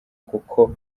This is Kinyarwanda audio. kuko